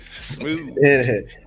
smooth